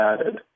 added